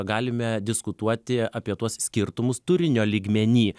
galime diskutuoti apie tuos skirtumus turinio lygmeny